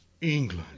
England